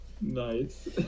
Nice